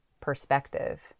perspective